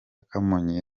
kamonyi